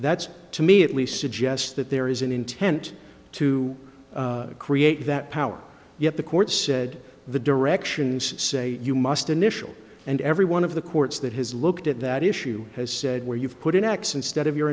that's to me at least suggests that there is an intent to create that power yet the court said the directions say you must initial and every one of the courts that has looked at that issue has said where you've put in x instead of your